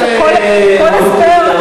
כל הסבר,